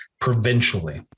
provincially